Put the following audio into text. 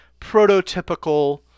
prototypical